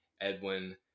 Edwin